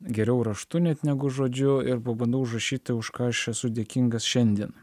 geriau raštu net negu žodžiu ir pabandau užrašyti už ką aš esu dėkingas šiandien